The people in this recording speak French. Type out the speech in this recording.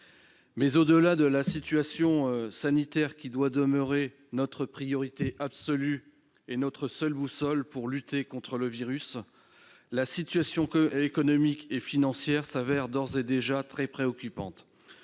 Mais au-delà de la situation sanitaire, laquelle doit demeurer notre priorité absolue et notre seule boussole pour lutter contre le virus, la situation économique et financière s'avère d'ores et déjà très préoccupante.